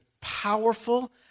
powerful